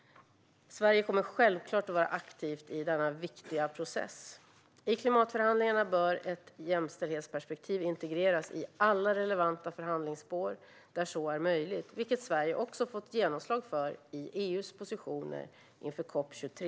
Sverige kommer självklart att vara aktivt i denna viktiga process. I klimatförhandlingarna bör ett jämställdhetsperspektiv integreras i alla relevanta förhandlingsspår där så är möjligt, vilket Sverige också har fått genomslag för i EU:s positioner inför COP 23.